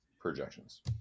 projections